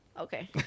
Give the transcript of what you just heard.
Okay